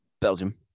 Belgium